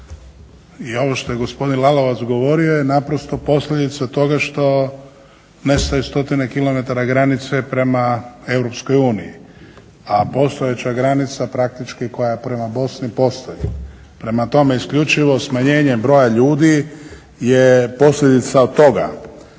i ovo što je gospodin Lalovac govorio je naprosto posljedica toga što nestaje stotine km granice prema Europskoj uniji, a postojeća granica praktički koja je prema Bosni postoji. Prema tome, isključivo smanjenje broja ljudi je posljedica toga,